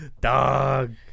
Dog